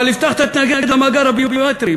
אבל הבטחת להתנגד למאגר הביומטרי.